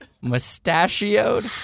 mustachioed